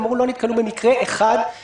הם אמרו שלא נתקלו במקרה אחד.